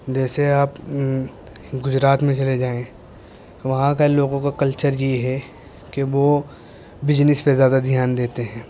جیسے آپ گجرات میں چلے جائیں وہاں کا لوگوں کا کلچر یہ ہے کہ وہ بجنس پہ زیادہ دھیان دیتے ہیں